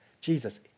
Jesus